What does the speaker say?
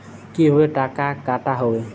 কিভাবে টাকা কাটা হবে?